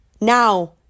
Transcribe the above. now